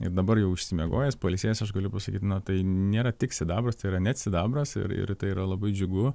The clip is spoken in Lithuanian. ir dabar jau išsimiegojęs pailsėjęs aš galiu pasakyt na tai nėra tik sidabras tai yra net sidabras ir ir tai yra labai džiugu